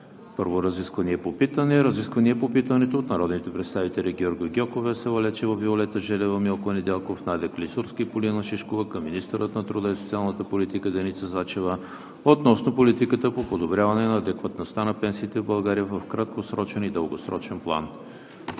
контрол на 30 октомври. Разисквания по питането от народните представители Георги Гьоков, Весела Лечева, Виолета Желева, Милко Недялков, Надя Клисурска и Полина Шишкова към министъра на труда и социалната политика Деница Сачева относно политиката по подобряване на адекватността на пенсиите в България в краткосрочен и дългосрочен план.